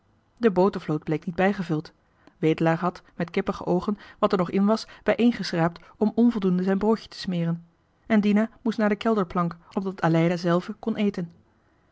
de botervloot bleek niet bijgevuld wedelaar had met kippige oogen wat er nog in was bijeengeschraptom onvoldoende zijn broodje te smeren en dina moest naar de kelderplank opdat aleida zelve kon eten